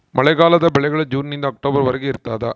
ಮಳೆಗಾಲದ ಬೆಳೆಗಳು ಜೂನ್ ನಿಂದ ಅಕ್ಟೊಬರ್ ವರೆಗೆ ಇರ್ತಾದ